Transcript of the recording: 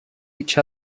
each